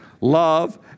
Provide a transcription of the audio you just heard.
love